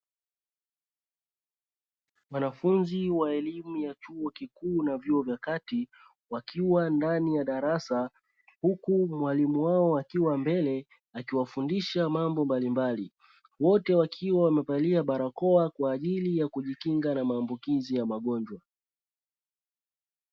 Wanafunzi wa elimu ya chuo kikuu na vyuo vya kati wakiwa ndani ya darasa huku mwalimu wao akiwa mbele akiwafundisha mambo mbalimbali wote wakiwa wamevalia barakoa kwa ajili ya kujikinga na maambukizi ya magonjwa.